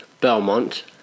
Belmont